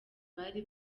bari